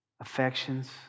affections